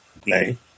play